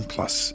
Plus